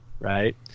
right